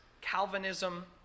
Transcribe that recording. Calvinism